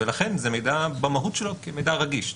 ולכן זה מידע במהות שלו מידע רגיש.